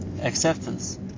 acceptance